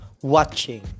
watching